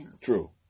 true